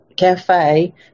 cafe